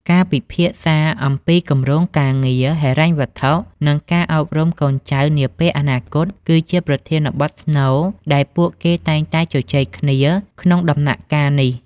ការពិភាក្សាអំពីគម្រោងការងារ ហិរញ្ញវត្ថុ និងការអប់រំកូនចៅនាពេលអនាគត គឺជាប្រធានបទស្នូលដែលពួកគេតែងតែជជែកគ្នាក្នុងដំណាក់កាលនេះ។